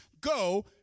go